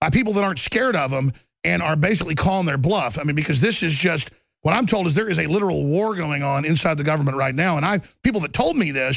by people that aren't scared of them and are basically calling their bluff i mean because this is just what i'm told is there is a literal war going on inside the government right now and i'm people that told me that